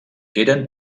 eren